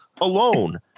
alone